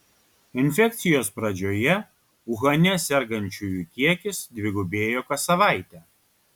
infekcijos pradžioje uhane sergančiųjų kiekis dvigubėjo kas savaitę